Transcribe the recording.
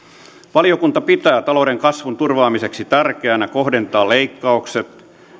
valiokunta pitää talouden kasvun turvaamiseksi tärkeänä kohdentaa leikkaukset